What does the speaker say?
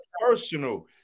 personal